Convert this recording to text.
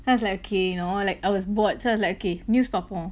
then I was like okay know I was bored so I was like news பாப்போம்:paappom